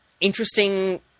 interesting